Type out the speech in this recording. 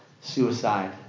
suicide